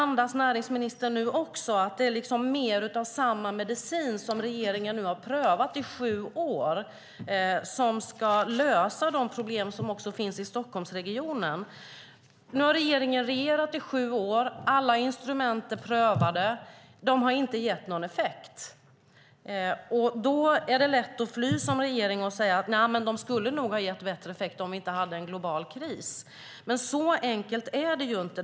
Näringsministern andas att det är mer av samma medicin som regeringen har prövat i sju år som ska lösa de problem som finns också i Stockholmsregionen. Nu har regeringen regerat i sju år. Alla instrument är prövade. De har inte gett någon effekt. Då är det lätt att som regering fly och säga: De skulle nog ha gett bättre effekt om vi inte hade en global kris. Men så enkelt är det inte.